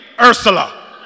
Ursula